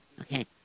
Okay